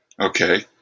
Okay